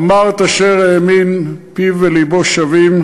אמר את אשר האמין, פיו ולבו שווים.